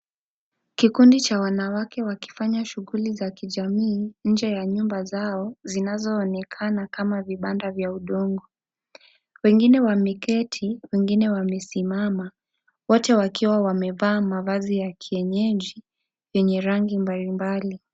Kikundi cha wanawake wakifanya shughuli za kijamii, nje ya nyumba zao zinazoonekana kama vibanda vya udongo. Wengine wameketi, wengine wamesimama. Wote wakiwa wamevaa, mavazi ya kienyeji yenye rangi mbalimbali.